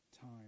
time